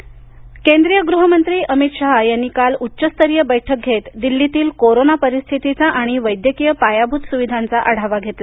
अमित शहा बैठक केंद्रीय गृह मंत्री अमित शहा यांनी काल उच्चस्तरीय बैठक घेत दिल्लीतील कोरोना परिस्थितीचा आणि वैद्यकीय पायाभूत सुविधांचा आढावा घेतला